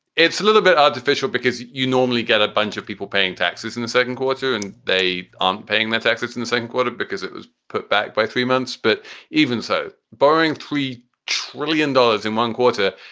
it's a little bit artificial because you normally get a bunch of people paying taxes in the second quarter and they aren't paying their taxes in the second quarter because it was put back by three months. but even so, boring, three trillion dollars in one quarter.